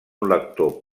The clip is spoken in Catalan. lector